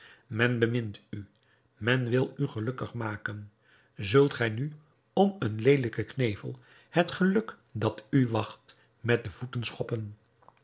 men bemint u men wil u gelukkig maken zult gij nu om een leelijken knevel het geluk dat u wacht met de voeten schoppen